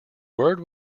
word